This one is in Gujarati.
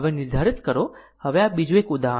તેથી નિર્ધારિત કરો હવે આ બીજું એક ઉદાહરણ છે